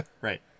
right